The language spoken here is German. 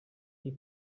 die